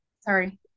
sorry